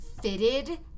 fitted